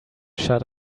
shut